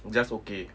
just okay